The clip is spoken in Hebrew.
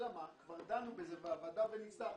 אלא מה, כבר דנו בזה בוועדה וניסחנו.